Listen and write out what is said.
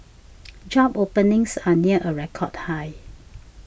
job openings are near a record high